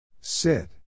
Sit